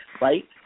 Right